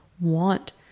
want